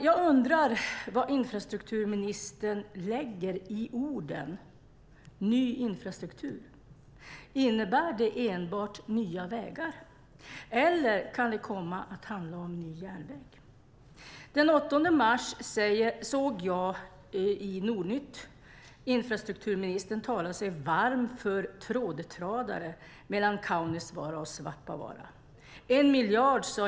Jag undrar vad infrastrukturministern lägger i orden "ny infrastruktur". Innebär det enbart nya vägar, eller kan det komma att handla om ny järnväg? Den 8 mars såg jag i Nordnytt infrastrukturministern tala sig varm för trådtradare mellan Kaunisvaara och Svappavaara.